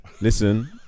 Listen